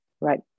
right